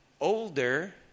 older